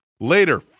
Later